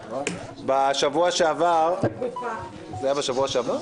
בשבוע שעבר זה היה בשבוע שעבר?